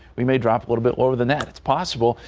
we may drop a little bit lower than that it's possible.